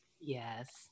Yes